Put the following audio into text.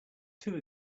two